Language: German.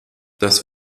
das